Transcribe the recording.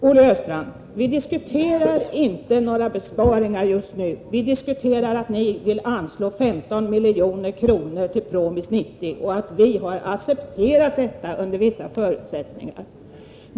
Herr talman! Vi diskuterar inte några besparingar just nu. Vi diskuterar att ni vill anslå 15 miljoner till PROMIS 90 och att vi har accepterat detta under vissa förutsättningar.